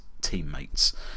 teammates